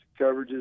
coverages